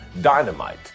dynamite